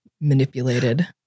manipulated